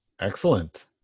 Excellent